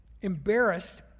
Embarrassed